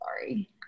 sorry